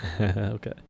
Okay